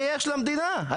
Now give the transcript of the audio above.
ועדיין קופת המדינה לא תיעצר.